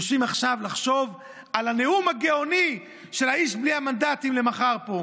יושבים עכשיו לחשוב על הנאום הגאוני של האיש בלי המנדטים למחר פה.